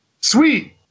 Sweet